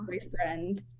boyfriend